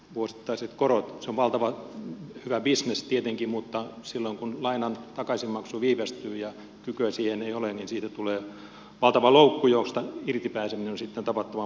se on valtavan hyvä bisnes tietenkin mutta silloin kun lainan takaisinmaksu viivästyy ja kykyä siihen ei ole niin siitä tulee valtava loukku josta irti pääseminen on sitten tavattoman vaikeata